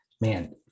man